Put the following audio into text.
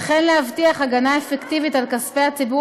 וכן להבטיח הגנה אפקטיבית על כספי ציבור